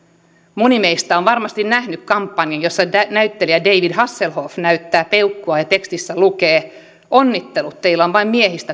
moni meistä on varmasti nähnyt kampanjan jossa näyttelijä david hasselhoff näyttää peukkua ja tekstissä lukee onnittelut teillä on vain miehistä